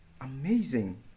Amazing